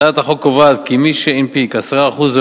הצעת החוק קובעת כי מי שהנפיק 10% או